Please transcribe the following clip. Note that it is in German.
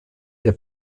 der